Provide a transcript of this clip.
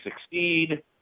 succeed